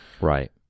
Right